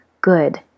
good